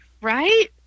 Right